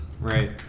Right